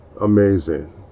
Amazing